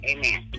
Amen